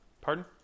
Pardon